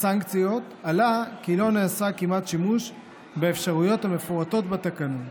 עלה כי כמעט לא נעשה שימוש באפשרויות המפורטות בתקנון.